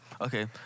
Okay